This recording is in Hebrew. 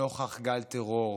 נוכח גל טרור,